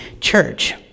Church